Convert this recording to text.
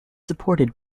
supported